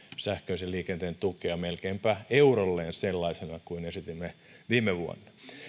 sähköisen liikenteen tukea melkeinpä eurolleen sellaisena kuin esitimme viime vuonna